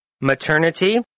maternity